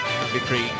Victory